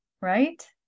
Right